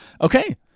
Okay